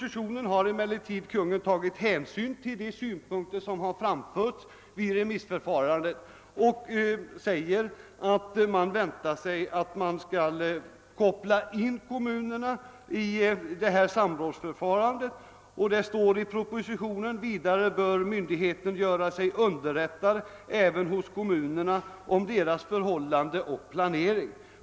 Konungen har emellertid i propositionen tagit hänsyn till de synpunkter som framförts under remissbehandlingen och framhåller, att man väntar sig att kommunerna skall kopplas in i detta samrådsförfarande.- Det heter i propositionen bl.a. följande: >Vidare bör myndigheten göra sig underrättad även hos kommunerna om deras förhållande och planering.